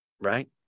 right